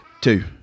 Two